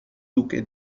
duque